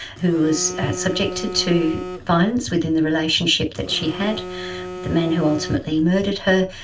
who was subjected to violence within the relationship that she had with the man who ultimately murdered her.